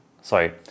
sorry